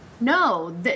No